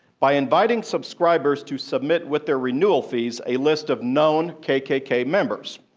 by inviting subscribers to submit with their renewal fees a list of known kkk members.